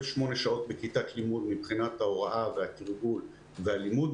8 שעות בכיתת לימוד מבחינת ההוראה והתרגול והלימוד,